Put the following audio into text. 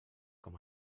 com